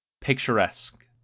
picturesque